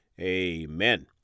Amen